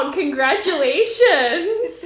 congratulations